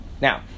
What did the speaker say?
Now